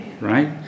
Right